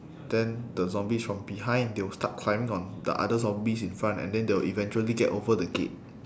then the zombies from behind they will start climbing on the other zombies in front and then they will eventually get over the gate